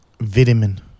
Vitamin